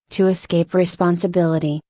to escape responsibility,